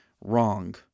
wrong